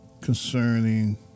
concerning